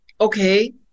okay